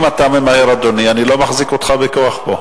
אם אתה ממהר, אדוני, אני לא מחזיק אותך בכוח פה.